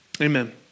Amen